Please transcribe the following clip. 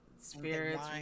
Spirits